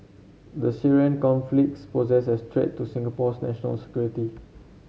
the Syrian conflict poses a threat to Singapore's national security